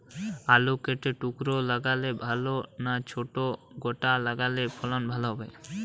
আলু কেটে টুকরো লাগালে ভাল না ছোট গোটা লাগালে ফলন ভালো হবে?